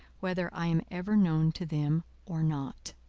whether i am ever known to them or not.